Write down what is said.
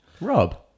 Rob